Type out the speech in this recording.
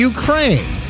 Ukraine